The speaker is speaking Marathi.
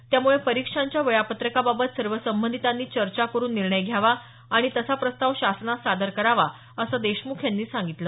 त्यामुळे परीक्षांच्या वेळापत्रकाबाबत सर्व संबंधितांनी चर्चा करुन निर्णय घ्यावा आणि तसा प्रस्ताव शासनास सादर करावा असं देशमुख यांनी सांगितलं